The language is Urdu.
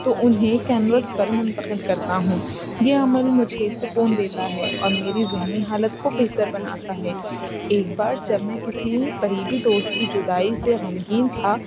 تو انہیں کینوس پر منتقل کرتا ہوں یہ عمل مجھے سکون دیتا ہے اور میری ذہنی حالت کو بہتر بناتا ہے ایک بار جب میں کسی قریبی دوست کی جدائی سے غمگین تھا